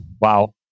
Wow